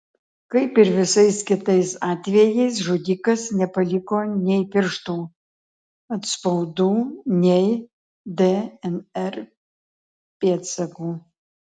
kaip ir visais kitais atvejais žudikas nepaliko nei pirštų atspaudų nei dnr pėdsakų